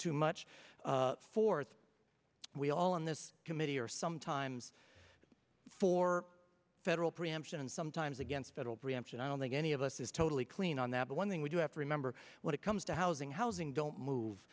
too much forth we all on this committee are sometimes for federal preemption and sometimes against federal preemption i don't think any of us is totally clean on that but one thing we do have to remember when it comes to housing housing don't move